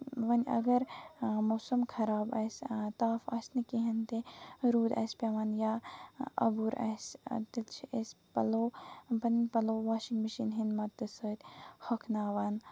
وۄنۍ اَگر موسَم خراب آسہِ تاپھ آسہِ نہٕ کِہینۍ تہِ روٗد اَسہِ پیٚوان یا اوٚبُر آسہِ تَتہِ چھِ أسۍ پَلو پنٕنۍ پلو واشِنگ میشیٖن ہِندۍ مدتہٕ سۭتۍ ہۄکھناوان